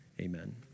amen